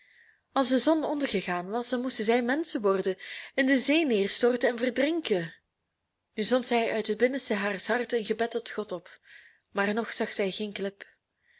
als de zon ondergegaan was dan moesten zij menschen worden in de zee neerstorten en verdrinken nu zond zij uit het binnenste haars harten een gebed tot god op maar nog zag zij geen klip